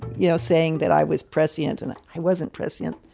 you know, saying that i was prescient and i wasn't prescient.